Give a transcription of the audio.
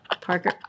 parker